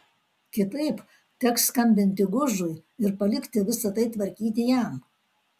kitaip teks skambinti gužui ir palikti visa tai tvarkyti jam